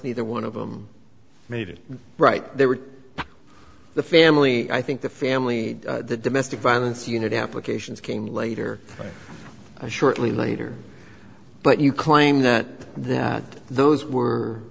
neither one of them made it right they were the family i think the family the domestic violence unit applications came later and shortly later but you claim that that those were